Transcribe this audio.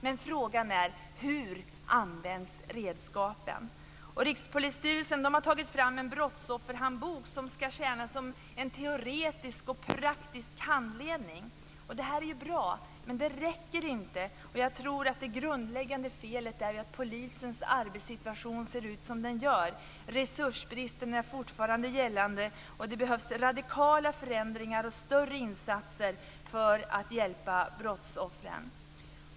Men frågan är hur redskapen används. Rikspolisstyrelsen har tagit fram en brottsofferhandbok som ska tjäna som en teoretisk och praktisk handledning. Detta är bra, men det räcker inte. Jag tror att det grundläggande felet är att polisens arbetssituation ser ut som den gör. Resursbristen är fortfarande gällande. Det behövs radikala förändringar och större insatser för att hjälpa brottsoffren.